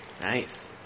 nice